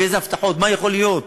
ואיזה הבטחות: מה יכול להיות,